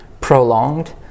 prolonged